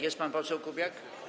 Jest pan poseł Kubiak?